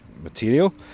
material